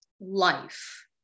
life